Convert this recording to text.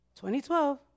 2012